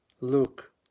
look